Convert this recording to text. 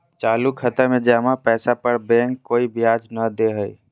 चालू खाता में जमा पैसा पर बैंक कोय ब्याज नय दे हइ